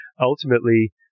ultimately